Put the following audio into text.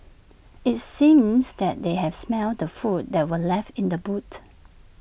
IT seemed that they had smelt the food that were left in the boot